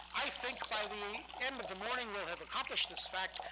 i think by the end of the morning we'll have accomplished this fact.